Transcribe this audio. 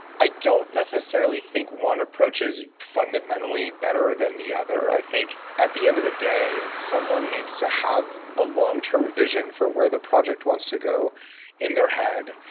i don't necessarily think one approach is fundamentally better than the other. i think, at the end of the day, someone needs to have a long-term vision for where the project wants to go in their head,